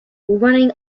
running